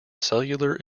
cellular